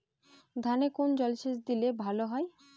ধানে কোন জলসেচ দিলে ভাল হয়?